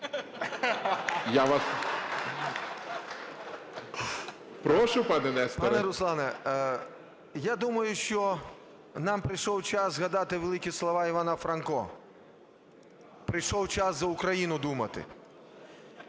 Прошу, пане Несторе! ШУФРИЧ Н.І. Пане Руслане, я думаю, що нам прийшов час згадати великі слова Івана Франко: прийшов час за Україну думати.